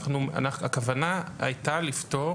הכוונה הייתה לפטור